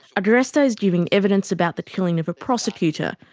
agresta is giving evidence about the killing of prosecutor,